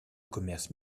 commerce